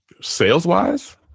Sales-wise